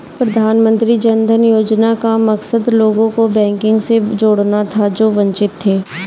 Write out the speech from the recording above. प्रधानमंत्री जन धन योजना का मकसद लोगों को बैंकिंग से जोड़ना था जो वंचित थे